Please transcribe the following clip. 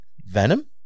Venom